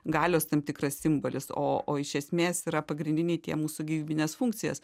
galios tam tikras simbolis o o iš esmės yra pagrindiniai tie mūsų gyvybines funkcijas